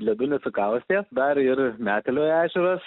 ledu nusukaustė dar ir metelio ežeras